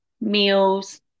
meals